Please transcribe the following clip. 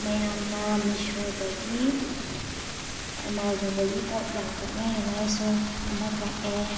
ꯃꯌꯥꯝꯅ ꯃꯤꯁꯣꯗꯒꯤ ꯑꯃꯥꯖꯣꯟꯗꯒꯤ ꯄꯣꯠ ꯌꯥꯝ ꯀꯛꯅꯩꯑꯦꯅ ꯑꯩꯁꯨ ꯑꯃ ꯀꯛꯑꯦ